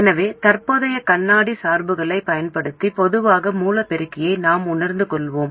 எனவே தற்போதைய கண்ணாடி சார்புகளைப் பயன்படுத்தி பொதுவான மூல பெருக்கியை நாம் உணர்ந்து கொள்வோம்